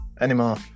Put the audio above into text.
anymore